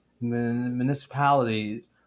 municipalities